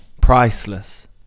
priceless